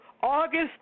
August